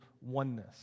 oneness